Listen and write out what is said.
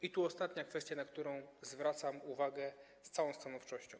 I tu ostatnia kwestia, na którą zwracam uwagę z całą stanowczością.